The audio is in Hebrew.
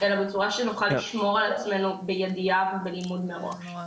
אלא בצורה שנוכל לשמור על עצמנו בידיעה ובלימוד מראש.